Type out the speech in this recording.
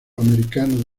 americano